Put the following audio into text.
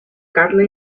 carla